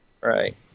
Right